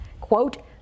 Quote